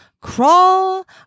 Crawl